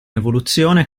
evoluzione